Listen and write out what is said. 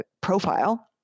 profile